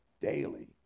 daily